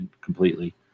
completely